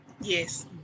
Yes